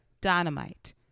Dynamite